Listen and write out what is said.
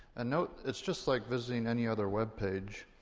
and note, it's just like visiting any other web page.